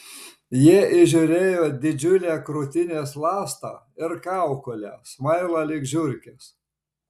jie įžiūrėjo didžiulę krūtinės ląstą ir kaukolę smailą lyg žiurkės